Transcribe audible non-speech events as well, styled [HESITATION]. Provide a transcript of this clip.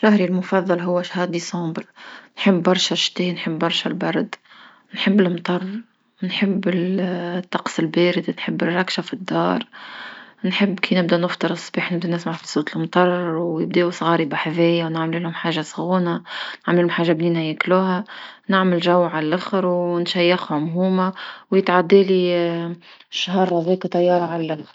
شهري المفضل هوا شهر ديسمبر، نحب برشا شتاء نحب برشا البرد نحب لمطر نحب الطقس [HESITATION] البارد نحب الركشة في الدار نحب كي نبدأ نفطن صباح نبدأ نسمع صوت لمطر ويبداو صغاري بحذيا ونعملهم حاجة سخونة نعملهم حاجة بنينة ياكلوها، نعمل جو على لخر ونشيخهوم هوما ويتعدالي [HESITATION] شهر هذاكا طيارة [NOISE] على لخر.